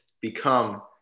become